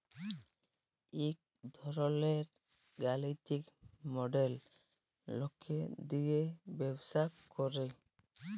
ইক ধরলের গালিতিক মডেল লকে দিয়ে ব্যবসা করে